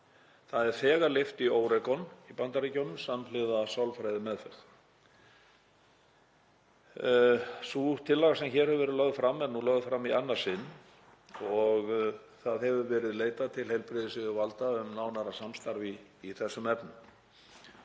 Það er þegar leyft í Oregon í Bandaríkjunum samhliða sálfræðimeðferð. Sú tillaga sem hér hefur verið lögð fram er nú lögð fram í annað sinn og hefur verið leitað til heilbrigðisyfirvalda um nánara samstarf í þessum efnum.